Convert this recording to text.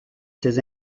ses